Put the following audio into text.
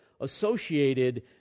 associated